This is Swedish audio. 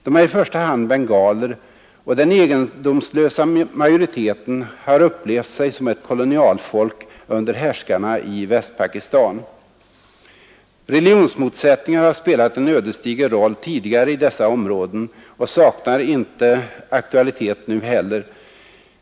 De är i första hand bengaler, och den egendomslösa majoriteten har upplevt sig som ett kolonialfolk under härskarna i Västpakistan. Religionsmotsättningar har spelat en ödesdiger roll tidigare i dessa områden och saknar inte aktualitet nu heller.